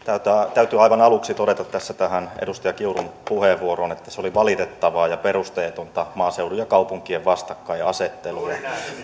täytyy aivan aluksi todeta tässä edustaja kiurun puheenvuoroon että se oli valitettavaa ja perusteetonta maaseudun ja kaupunkien vastakkainasettelua